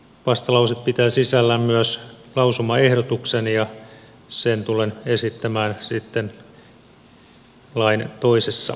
vastalause pitää sisällään myös lausumaehdotuksen ja sen tulen esittämään sitten lain toisessa käsittelyssä